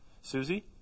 Susie